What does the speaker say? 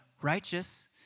righteous